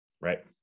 right